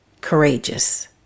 courageous